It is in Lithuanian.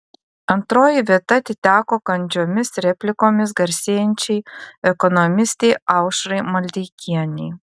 antroji vieta atiteko kandžiomis replikomis garsėjančiai ekonomistei aušrai maldeikienei